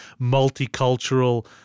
multicultural